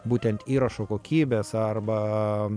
būtent įrašo kokybės arba